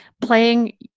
playing